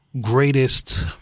greatest